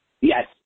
Yes